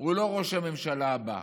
הוא לא ראש הממשלה הבא.